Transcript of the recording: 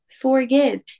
forgive